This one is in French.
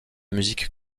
musique